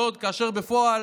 אך בפועל